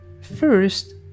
First